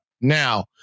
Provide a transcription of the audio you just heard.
Now